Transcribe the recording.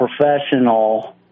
professional